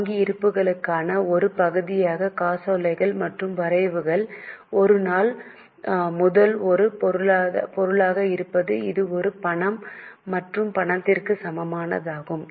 வங்கி இருப்புக்கான ஒரு பகுதியாக காசோலைகள் மற்றும் வரைவுகள் ஒரு நாள் முதல் ஒரு பொருளாக இருப்பது இது ஒரு பணம் மற்றும் பணத்திற்கு சமமானதாகும்